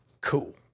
Cool